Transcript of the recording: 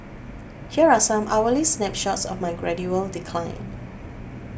here are some hourly snapshots of my gradual decline